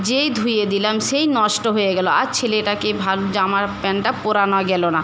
যেই ধুয়ে দিলাম সেই নষ্ট হয়ে গেলো আর ছেলেটাকে ভালো জামা প্যান্টটা পরানো গেলো না